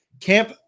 camp